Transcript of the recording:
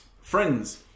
Friends